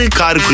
car